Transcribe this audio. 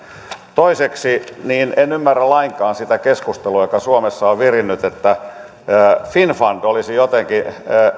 toiseksi en ymmärrä lainkaan sitä keskustelua joka suomessa on virinnyt että finnfund olisi jotenkin